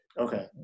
Okay